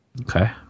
Okay